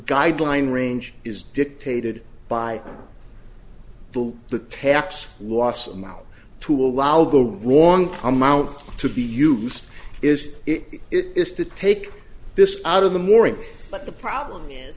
guideline range is dictated by the the tax loss amount to allow the wrong amount to be used is it is to take this out of the morning but the problem is